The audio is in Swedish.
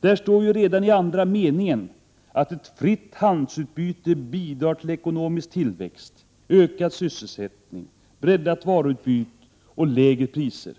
Där står ju redan i andra meningen att ett fritt handelsutbyte bidrar till ekonomisk tillväxt, ökad sysselsättning, breddat varuutbud och lägre priser.